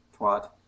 Twat